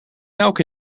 melk